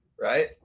right